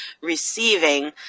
receiving